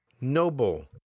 noble